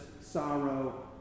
sorrow